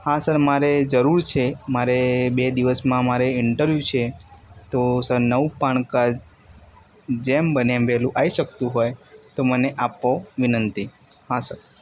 હા સર મારે જરૂર છે મારે બે દિવસમાં મારે ઇંટરવ્યૂ છે તો સર નવું પાન કાર્ડ જેમ બને એમ વહેલું આવી શકતું હોય તો મને આપો વિનંતી હા સર